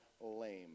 lame